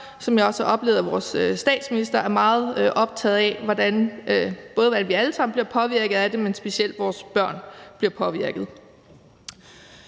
jeg også har oplevet at vores statsminister er meget optaget af – både hvordan vi alle sammen bliver påvirket af det, men specielt også hvordan vores børn bliver påvirket